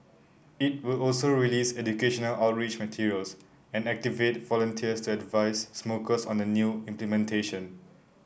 it will also release educational outreach materials and activate volunteers to advise smokers on the new implementation